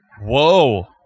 Whoa